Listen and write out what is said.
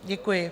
Děkuji.